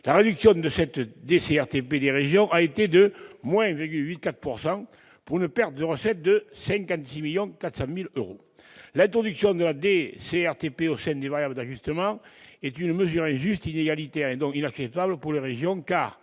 La réduction de la DCRTP des régions a été de 8,4 % pour une perte de recettes de 56,4 millions d'euros. L'introduction de la DCRTP au sein des variables d'ajustement est une mesure injuste, inégalitaire, et donc inacceptable pour les régions.